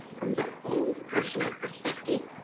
from their own personal perspective,